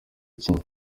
ikinya